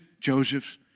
Joseph's